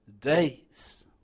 days